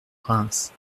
reims